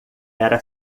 era